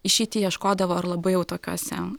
išeitį ieškodavo ar labai jau tokiose